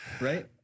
Right